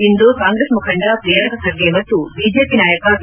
ಇಂದು Congress ಮುಖಂಡ ಪ್ರಿಯಾಂಕ ಖರ್ಗೆ ಮತ್ತು BJP ನಾಯಕ ವಿ